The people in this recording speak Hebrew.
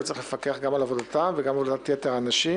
וצריך לפקח גם על עבודתם וגם על עבודת יתר האנשים.